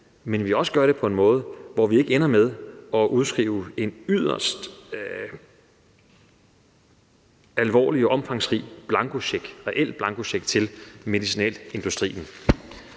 at vi også gør det på en måde, hvor vi ikke ender med at udskrive en yderst alvorlig og omfangsrig blankocheck – en reel